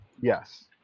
Yes